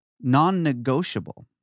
non-negotiable